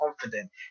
confident